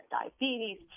diabetes